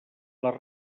les